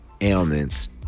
ailments